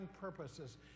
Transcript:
purposes